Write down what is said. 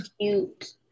cute